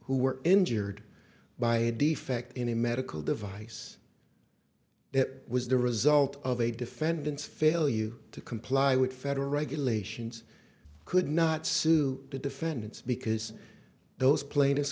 who were injured by a defect in a medical device that was the result of a defendant's fail you to comply with federal regulations could not sue the defendants because those pla